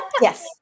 Yes